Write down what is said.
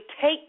take